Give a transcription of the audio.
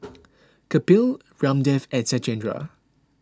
Kapil Ramdev and Satyendra